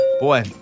Boy